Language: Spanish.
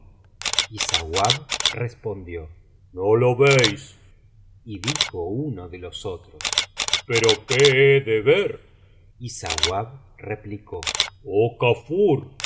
y sauab respondió no lo veis y dijo uno de los otros pero qué he de ver y sauab replicó oh